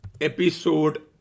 episode